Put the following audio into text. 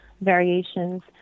variations